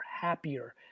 happier